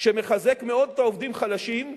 שמחזק מאוד את העובדים החלשים,